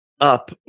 up